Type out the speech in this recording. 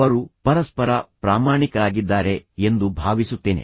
ಅವರು ಪರಸ್ಪರ ಪ್ರಾಮಾಣಿಕರಾಗಿದ್ದಾರೆ ಎಂದು ಭಾವಿಸುತ್ತೇನೆ